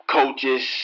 Coaches